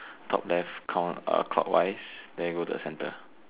top left count uh clockwise then we go to the centre